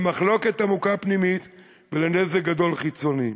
למחלוקת פנימית עמוקה ולנזק חיצוני גדול.